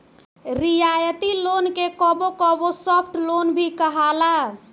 रियायती लोन के कबो कबो सॉफ्ट लोन भी कहाला